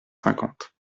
cinquante